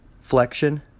flexion